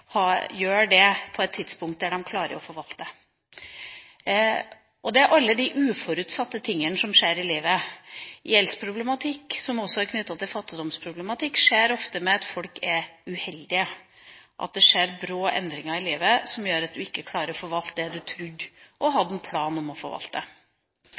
gjør det på et tidspunkt når de klarer å forvalte den, men så er det alle de uforutsette tingene som skjer i livet. Gjeldsproblematikk, som også er knyttet til fattigdomsproblematikk, oppstår ofte ved at folk er uheldige, at det skjer brå endringer i livet, som gjør at du ikke klarer å forvalte det du trodde og